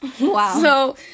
Wow